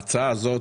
ההצעה הזאת